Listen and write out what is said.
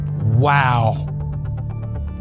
Wow